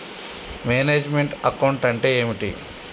Manage meant account అంటే ఏమిటి?